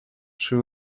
she